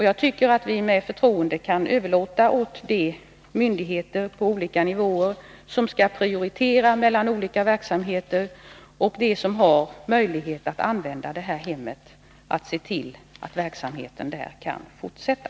Jag tycker att vi med förtroende kan överlåta åt de myndigheter som på olika nivåer skall prioritera mellan olika verksamheter och åt dem som har möjlighet att använda detta hem att se till att verksamheten där kan fortsätta.